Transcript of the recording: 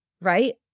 right